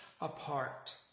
apart